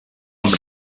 amb